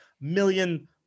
million